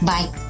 Bye